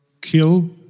kill